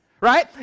Right